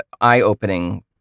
eye-opening